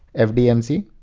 fdmc.